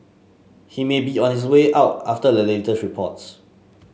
he may be on his way out after the latest reports